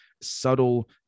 subtle